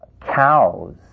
Cows